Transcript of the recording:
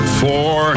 four